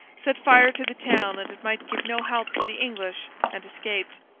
set fire to the town that it might give no help to the english, and escaped.